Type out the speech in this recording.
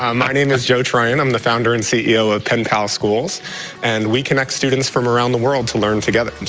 um my name is joe troyen. i'm the founder and ceo of penpal schools and we connect students from around the world to learn together. so,